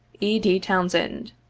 e. d. townsend.